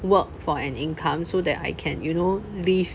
work for an income so that I can you know live